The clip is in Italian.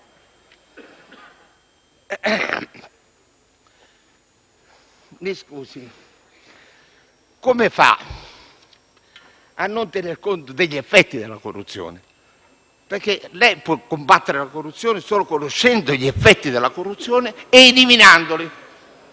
Mi scusi, come fa a non tenere conto degli effetti della corruzione? Lei può combattere la corruzione solo conoscendone gli effetti ed eliminandoli.